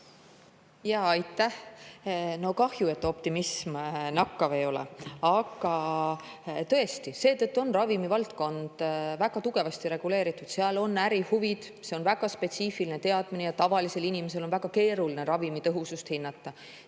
Aitäh! No kahju, et optimism nakkav ei ole. Aga tõesti, seetõttu ongi ravimivaldkond väga tugevasti reguleeritud. Seal on ärihuvid, seal on väga spetsiifilised teadmised ja tavalisel inimesel on väga keeruline ravimi tõhusust hinnata.